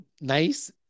nice